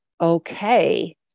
okay